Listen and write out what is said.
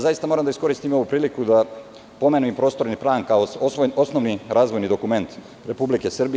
Zaista moram da iskoristim ovu priliku da pomenem i prostorni plan, kao osnovni razvojni dokument Republike Srbije.